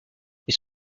est